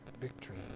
victory